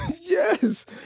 Yes